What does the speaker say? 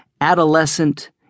adolescent